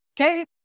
Okay